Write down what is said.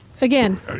Again